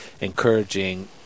encouraging